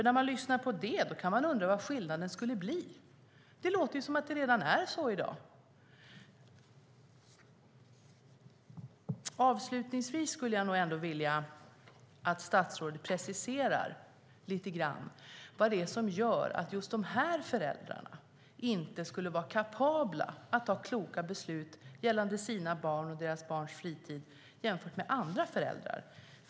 När man lyssnar på det undrar man vad skillnaden skulle bli. Det låter som att det redan är så i dag. Avslutningsvis skulle jag vilja att statsrådet preciserar vad det är som gör att just de här föräldrarna inte skulle vara kapabla att ta kloka beslut gällande sina barn och deras fritid jämfört med andra föräldrar.